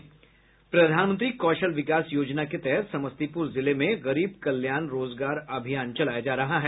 प्रधानमंत्री कौशल विकास योजना के तहत समस्तीपुर जिले में गरीब कल्याण रोजगार अभियान चलाया जा रहा है